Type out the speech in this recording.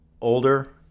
older